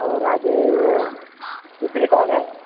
और आगे वो दुसरी कौन है